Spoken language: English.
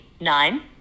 nine